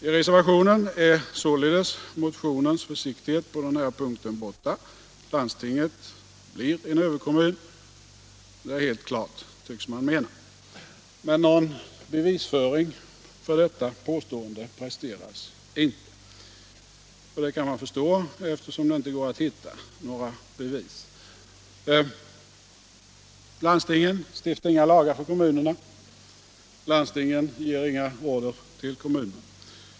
I reservationen är således motionens försiktighet på den här punkten borta. Landstinget blir en överkommun -— det är helt klart, tycks man mena. Men någon bevisföring för detta påstående presteras inte, och det kan jag förstå eftersom det inte går att hitta några bevis. Landstingen stiftar inga lagar för kommunerna. Landstingen ger inga order till kommunerna.